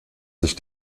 sich